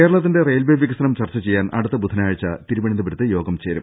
കേരളത്തിന്റെ റെയിൽവേ വികസനം ചർച്ച ചെയ്യാൻ അടുത്ത ബുധനാഴ്ച തിരുവനന്തപുരത്ത് യോഗം ചേരും